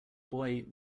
boy